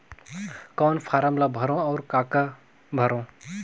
कौन फारम ला भरो और काका भरो?